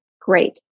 great